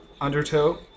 Undertow